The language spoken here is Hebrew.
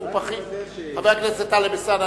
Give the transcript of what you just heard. חבר הכנסת טלב אלסאנע,